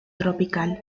tropical